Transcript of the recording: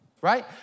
right